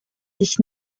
sich